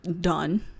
done